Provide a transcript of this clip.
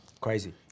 Crazy